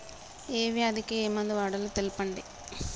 ఏ వ్యాధి కి ఏ మందు వాడాలో తెల్పండి?